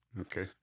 Okay